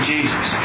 Jesus